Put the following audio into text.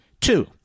Two